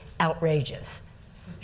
outrageous